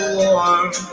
warm